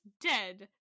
dead